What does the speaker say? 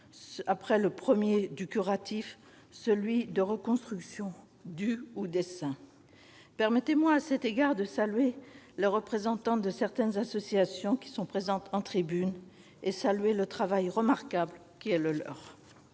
après le temps du curatif : celui de la reconstruction du ou des seins. Permettez-moi, à cet égard, de saluer les représentantes de certaines associations qui sont présentes en tribune pour leur travail remarquable. Enfin, il